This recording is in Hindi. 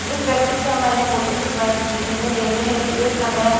जिस व्यक्ति से मैंने फ़ोटो खिंचवाई थी उन्हें देने में भी एक समय